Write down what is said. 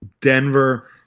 Denver